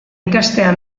ikastea